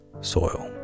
Soil